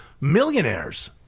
millionaires